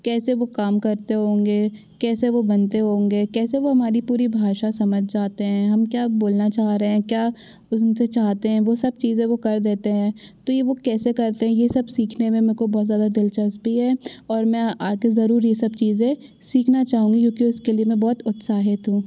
कैसे वे काम करते होंगे कैसे वे बनते होंगे कैसे वे हमारी पूरी भाषा समझ जाते हैं हम क्या बोलना चाह रहे हैं क्या उनसे चाहते हैं वह सब चीज़ें वे कर देते हैं तो वे यह कैसे करते हैं यह सब सीखने में मेरे को बहुत ज़्यादा दिलचस्पी है और मैं आगे ज़रूर यह सब चीज़ें सीखना चाहूँगी क्योंकि उसके लिए मैं बहुत उत्साहित हूँ